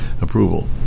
Approval